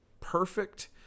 perfect